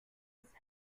ist